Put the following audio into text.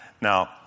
Now